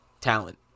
talent